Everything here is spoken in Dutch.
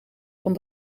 van